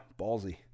ballsy